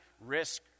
risk